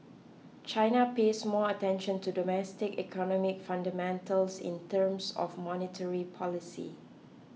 China pays more attention to domestic economic fundamentals in terms of monetary policy